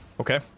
Okay